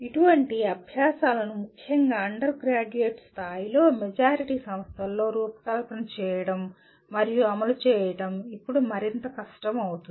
ఇటువంటి అబ్యాసాలను ముఖ్యంగా అండర్ గ్రాడ్యుయేట్ స్థాయిలో మెజారిటీ సంస్థలలో రూపకల్పన చేయడం మరియు అమలు చేయడం ఇప్పుడు మరింత కష్టమవుతుంది